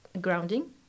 grounding